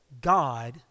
God